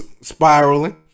spiraling